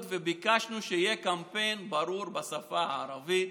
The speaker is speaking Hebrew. וביקשנו שיהיה קמפיין ברור בשפה הערבית,